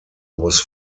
was